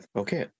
okay